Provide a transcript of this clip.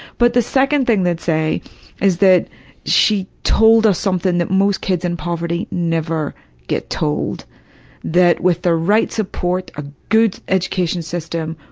but the second thing they'd say is that she told us something that most kids in poverty never get told that with the right support, a good education system,